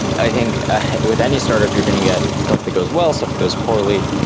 i think with any startup you're going to get stuff that goes well, stuff that goes poorly.